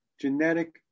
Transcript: genetic